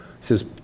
says